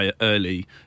early